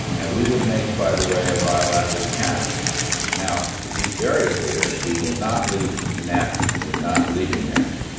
and we would make by the way a bilat with canada now to be very clear we will not leave nafta. we're not leaving nafta.